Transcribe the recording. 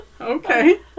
Okay